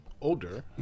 older